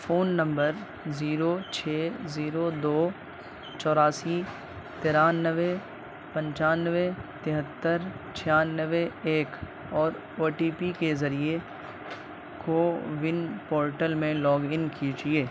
phone number zero چھ zero دو چوراسی ترانوے پنچانوے تہتر چھیانوے ایک اور او ٹی پی کے ذریعے کوون پورٹل میں لاگن کیجیے